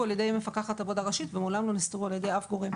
על ידי מפקחת עבודה ראשית ומעולם לא נסתרו על ידי אף גורם.